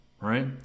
right